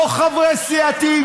לא חברי סיעתי,